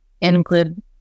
include